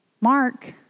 Mark